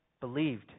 believed